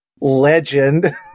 legend